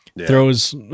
throws